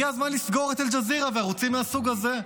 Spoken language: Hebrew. הגיע הזמן לסגור את אל-ג'זירה וערוצים מהסוג הזה.